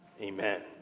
Amen